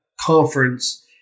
conference